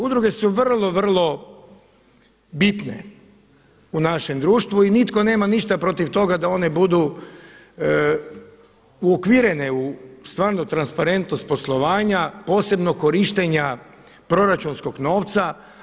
Udruge su vrlo, vrlo bitne u našem društvu i nitko nema ništa protiv toga da one budu uokvirene u stvarno transparentnost poslovanja posebno korištenja proračunskog novca.